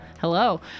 Hello